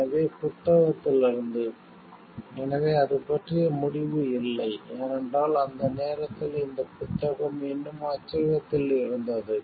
எனவே புத்தகத்திலிருந்து எனவே அது பற்றிய முடிவு இல்லை ஏனென்றால் அந்த நேரத்தில் இந்த புத்தகம் இன்னும் அச்சகத்தில் இருந்தது